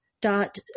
dot